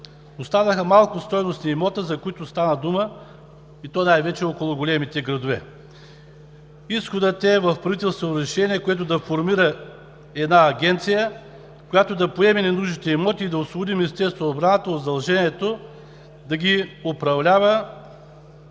Останаха малко стойностни имоти, за които стана дума, и то най-вече около големите градове. Изходът е в правителствено решение, което да формира една агенция, която да поеме ненужните имоти и да освободи Министерството на отбраната от задължението да ги управлява,